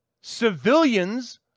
civilians